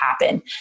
happen